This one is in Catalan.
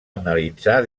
analitzar